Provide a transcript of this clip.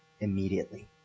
immediately